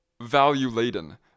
value-laden